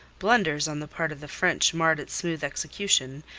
blunders on the part of the french marred its smooth execution,